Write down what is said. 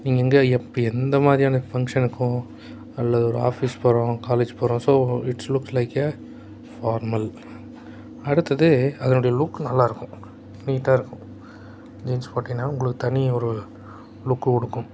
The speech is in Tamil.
நீங்கள் எங்கள் எப் எந்த மாதிரியான ஃபங்க்ஷனுக்கோ அல்லது ஒரு ஆஃபீஸ் போகிறோம் காலேஜ் போகிறோம் so it's looks like a formal அடுத்தது அதனுடைய லுக் நல்லாயிருக்கும் நீட்டாக இருக்கும் ஜீன்ஸ் போட்டிங்கன்னால் உங்களுக்கு தனி ஒரு லுக்கு கொடுக்கும்